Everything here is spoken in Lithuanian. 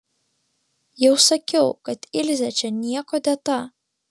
jau sakiau kad ilzė čia niekuo dėta